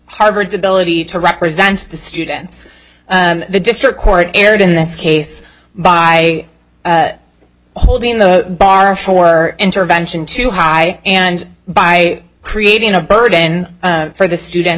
harvard's ability to represent the students the district court erred in this case by holding the bar for intervention too high and by creating a burden for the students